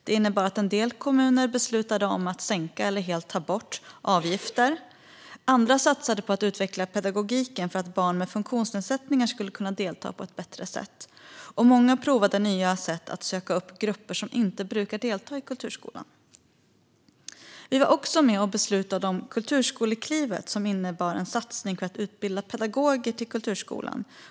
Det innebar att en del kommuner beslutade om att sänka eller helt ta bort avgifter. Andra satsade på att utveckla pedagogiken för att barn med funktionsnedsättningar skulle kunna delta på ett bättre sätt, och många provade nya sätt att söka upp grupper som inte brukar delta i kulturskolan. Vi var också med och beslutade om Kulturskoleklivet, som innebar en satsning för att utbilda pedagoger till kulturskolan.